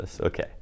Okay